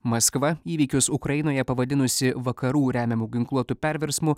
maskva įvykius ukrainoje pavadinusi vakarų remiamų ginkluotų perversmu